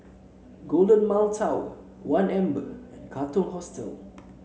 Golden Mile Tower One Amber and Katong Hostel